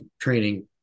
training